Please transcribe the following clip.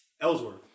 Ellsworth